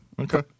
Okay